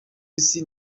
isi